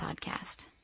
podcast